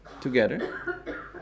together